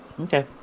Okay